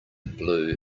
blue